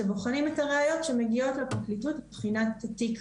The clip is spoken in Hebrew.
שבוחנים את הראיות שמגיעות לפרקליטות בבחינת התיק.